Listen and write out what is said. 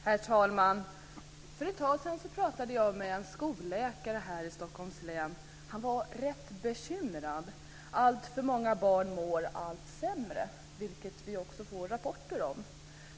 Herr talman! För ett tag sedan pratade jag med en skolläkare här i Stockholms län. Han var rätt bekymrad. Alltför många barn mår allt sämre, vilket vi också får rapporter om.